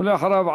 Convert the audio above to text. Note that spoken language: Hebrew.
ואחריו,